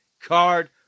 card